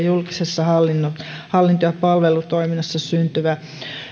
julkisessa hallinto hallinto ja palvelutoiminnassa syntyvä